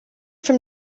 from